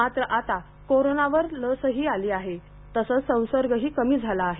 मात्र आता कोरोनावर लस ही आली आहे तसेच संसर्ग कमी झाला आहे